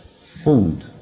food